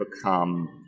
become